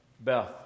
Beth